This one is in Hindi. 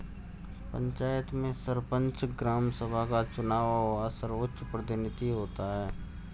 पंचायत में सरपंच, ग्राम सभा का चुना हुआ सर्वोच्च प्रतिनिधि होता है